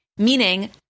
meaning